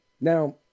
Now